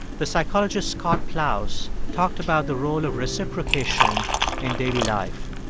the psychologist scott plous talked about the role of reciprocation in daily life.